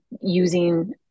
using